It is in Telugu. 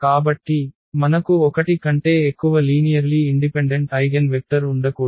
కాబట్టి మనకు 1 కంటే ఎక్కువ లీనియర్లీ ఇండిపెండెంట్ ఐగెన్వెక్టర్ ఉండకూడదు